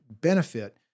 benefit